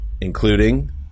including